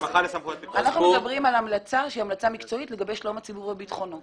אנחנו מדברים על המלצה מקצועית לגבי שלום הציבור וביטחונו.